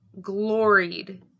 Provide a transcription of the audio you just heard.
gloried